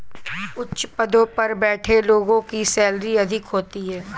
उच्च पदों पर बैठे लोगों की सैलरी अधिक होती है